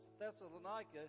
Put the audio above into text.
Thessalonica